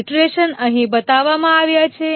iteration અહીં બતાવવામાં આવ્યા છે